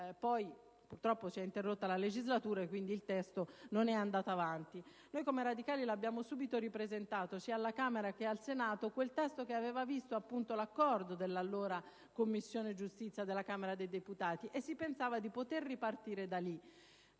poi, purtroppo, si interruppe la legislatura e quindi il testo non è andato avanti. Noi come radicali abbiamo subito ripresentato, sia alla Camera che al Senato, quel testo, che aveva visto - allora - l'accordo della Commissione giustizia della Camera dei deputati. Si pensava di poter ripartire da lì